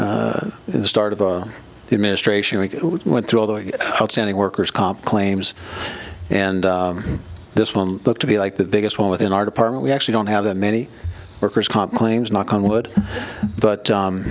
of the administration we went through all the outstanding worker's comp claims and this one looked to be like the biggest one within our department we actually don't have that many workers comp claims knock on wood but